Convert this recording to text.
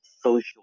social